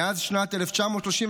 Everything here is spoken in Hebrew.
מאז שנת 1937,